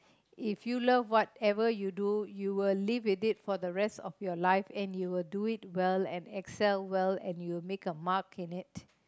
if you love whatever you do you will live with it for the rest of your life and you will do it well and excel well and you'll make a mark in it